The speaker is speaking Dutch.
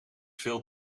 veel